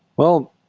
well,